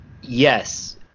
yes